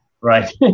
right